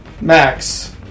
Max